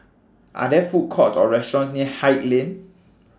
Are There Food Courts Or restaurants near Haig Lane